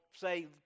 say